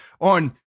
on